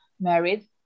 married